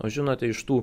o žinote iš tų